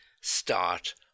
start